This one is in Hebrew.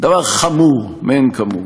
דבר חמור מאין כמוהו.